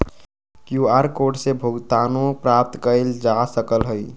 QR code से भुगतानो प्राप्त कएल जा सकल ह